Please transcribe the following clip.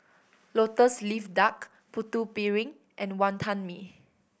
Lotus Leaf Duck Putu Piring and Wantan Mee